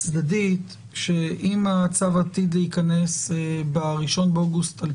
צדדית שאם הצו עתיד להיכנס ב-1 באוגוסט 2022,